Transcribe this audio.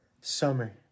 Summer